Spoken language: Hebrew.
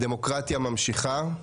הדמוקרטיה ממשיכה.